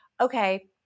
okay